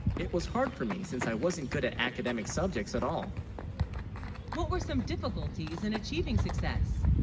it was hard for me since i wasn't good at academic subjects at all what were some difficulties in achieving success